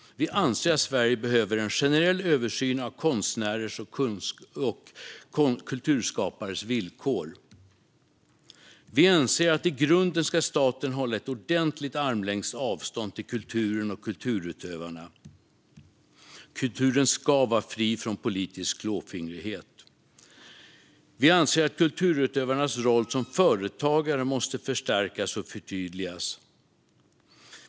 Vi anser att Sverige behöver en generell översyn av konstnärers och kulturskapares villkor. Vi anser att staten i grunden ska hålla ett ordentligt armlängds avstånd till kulturen och kulturutövarna. Kulturen ska vara fri från politisk klåfingrighet. Vi anser att kulturutövarnas roll som företagare måste förstärkas och förtydligas.